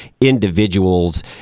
individuals